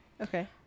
okay